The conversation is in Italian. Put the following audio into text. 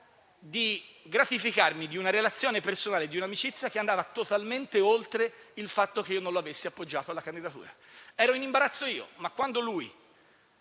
di gratificarmi di una relazione personale e di un'amicizia che andavano totalmente oltre il fatto che io non avessi appoggiato la sua candidatura. Ero in imbarazzo io, ma quando lui